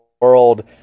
world